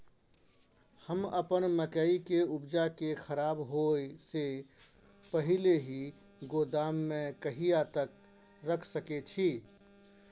हम अपन मकई के उपजा के खराब होय से पहिले ही गोदाम में कहिया तक रख सके छी?